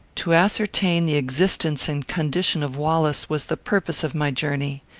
to ascertain the existence and condition of wallace was the purpose of my journey.